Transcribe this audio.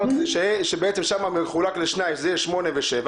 שבעצם שם מחולק לשניים זה יהיה 8 ו-7